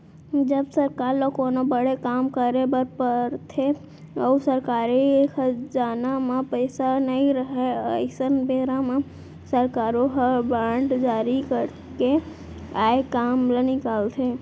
जब सरकार ल कोनो बड़े काम करे बर परथे अउ सरकारी खजाना म पइसा नइ रहय अइसन बेरा म सरकारो ह बांड जारी करके आए काम ल निकालथे